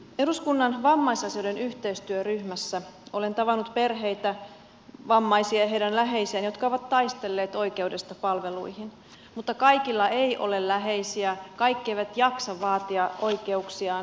eduskunnan vammaisasioiden yhteistyöryhmässä olen tavannut perheitä vammaisia ja heidän läheisiään jotka ovat taistelleet oikeudesta palveluihin mutta kaikilla ei ole läheisiä kaikki eivät jaksa vaatia oikeuksiaan